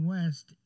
West